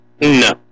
No